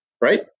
Right